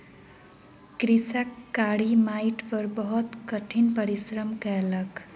कृषक कारी माइट पर बहुत कठिन परिश्रम कयलक